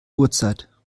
uhrzeit